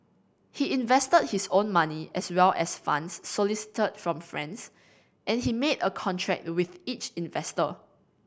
he invested his own money as well as funds solicited from friends and he made a contract with each investor